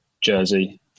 jersey